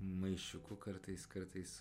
maišiuku kartais kartais